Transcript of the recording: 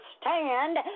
stand